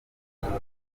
simone